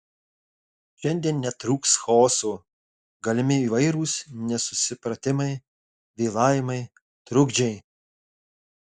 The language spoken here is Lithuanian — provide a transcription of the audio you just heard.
šiandien netrūks chaoso galimi įvairūs nesusipratimai vėlavimai trukdžiai